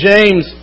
James